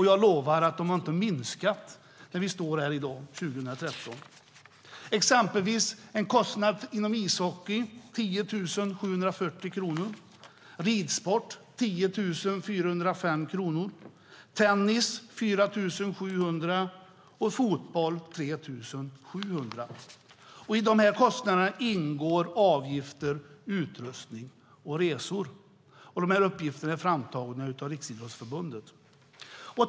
Jag lovar att de inte har minskat när vi står här i dag, 2013. Exempelvis är kostnaden inom ishockey 10 740 kronor, ridsport 10 405 kronor, tennis 4 700 kronor, och fotboll 3 700 kronor. I dessa kostnader ingår avgifter, utrustning och resor. Dessa uppgifter är framtagna av Riksidrottsförbundet.